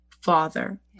father